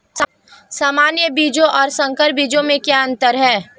सामान्य बीजों और संकर बीजों में क्या अंतर है?